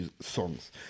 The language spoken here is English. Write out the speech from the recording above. songs